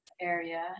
area